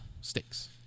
stakes